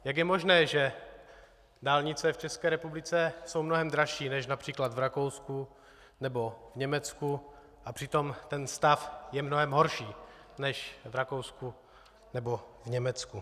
Jak je možné, že dálnice v České republice jsou mnohem dražší než například v Rakousku nebo Německu, a přitom ten stav je mnohem horší než v Rakousku nebo Německu?